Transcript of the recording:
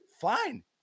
fine